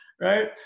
right